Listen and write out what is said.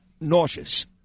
nauseous